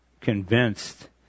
convinced